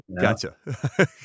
Gotcha